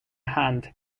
hand